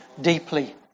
deeply